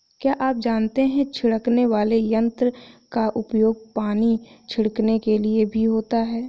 क्या आप जानते है छिड़कने वाले यंत्र का उपयोग पानी छिड़कने के लिए भी होता है?